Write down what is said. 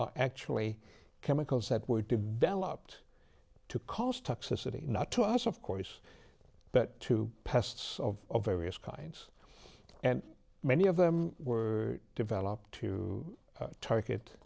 chemicals actually chemicals that were developed to cause toxicity not to us of course but to pests of various kinds and many of them were developed to target